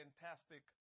fantastic